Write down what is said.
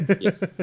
Yes